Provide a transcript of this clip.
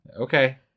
Okay